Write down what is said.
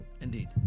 Indeed